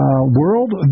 World